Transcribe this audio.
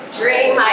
dream